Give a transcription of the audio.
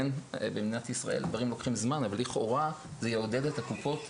במדינת ישראל דברים לוקחים זמן זה יעודד את הקופות